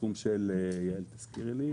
יעל הרמן,